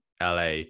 LA